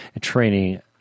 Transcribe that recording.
Training